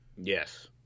Yes